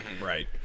Right